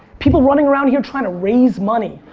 people running around here trying to raise money.